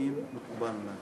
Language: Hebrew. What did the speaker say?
המציעים מקובל עלי.